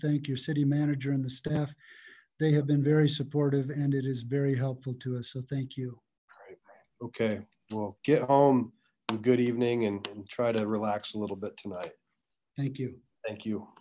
thank your city manager and the staff they have been very supportive and it is very helpful to us so thank you okay well get home a good evening and try to relax a little bit tonight thank you thank you